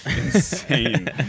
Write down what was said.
insane